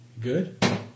Good